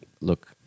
look